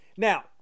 Now